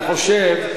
אני חושב,